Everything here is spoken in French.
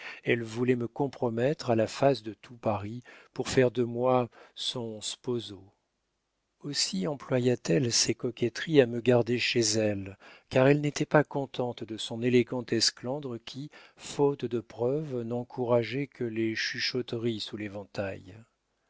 elle voulait me compromettre à la face de tout paris pour faire de moi son sposo aussi employa t elle ses coquetteries à me garder chez elle car elle n'était pas contente de son élégant esclandre qui faute de preuves n'encourageait que les chuchotteries sous l'éventail